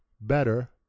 better